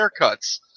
haircuts